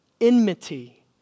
enmity